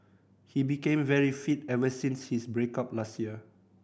he became very fit ever since his break up last year